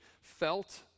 felt